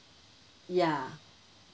ya